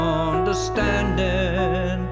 understanding